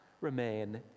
remain